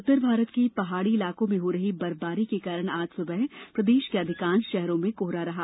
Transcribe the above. उत्तर भारत के पहाड़ी इलाकों में हो रही बर्फबारी के कारण आज सुबह प्रदेश के अधिकांश शहरों में कोहरा रहा